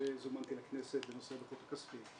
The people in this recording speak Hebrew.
שזומנתי לכנסת בנושא הדוחות הכספיים.